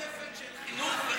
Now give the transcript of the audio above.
המשותפת של חינוך וחזקת הגיל הרך.